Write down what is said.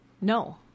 No